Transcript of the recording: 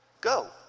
Go